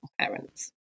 parents